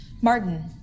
Martin